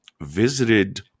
visited